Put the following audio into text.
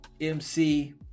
MC